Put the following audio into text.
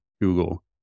Google